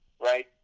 right